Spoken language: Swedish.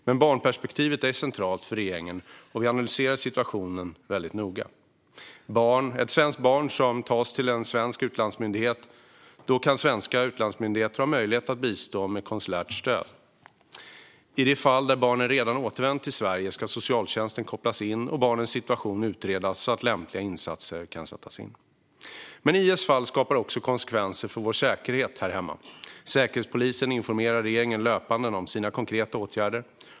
Men barnperspektivet är centralt för regeringen, och vi analyserar situationen väldigt noga. Om ett svenskt barn tas till en svensk utlandsmyndighet kan svenska myndigheter ha möjligheter att bidra med konsulärt stöd. I de fall där barnen redan återvänt till Sverige ska socialtjänsten kopplas in och barnens situation utredas så att lämpliga insatser kan sättas in. Men IS fall skapar också konsekvenser för vår säkerhet här hemma. Säkerhetspolisen informerar regeringen löpande om sina konkreta åtgärder.